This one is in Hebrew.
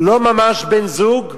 לא ממש בן-זוג,